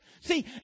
See